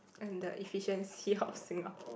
and the efficiency of Singapore